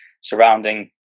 surrounding